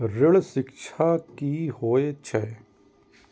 शिक्षा ऋण की होय छै?